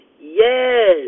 yes